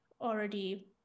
already